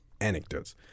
anecdotes